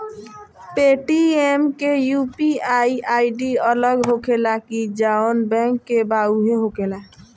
Paytm के UPI ID अलग होखेला की जाऊन बैंक के बा उहे होखेला?